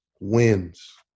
wins